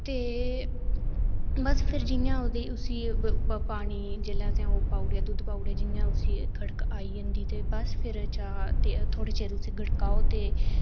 ते बस प्ही जि'यां असें पानी ओह् पाई ओड़ेआ दुद्ध पाई ओड़ेआ असें ओह् गड़क आइया ते बस फिर चाह् ते थोह्ड़े चिर उसी गड़काओ ते